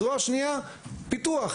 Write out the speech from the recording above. זרוע שנייה פיתוח.